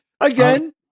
Again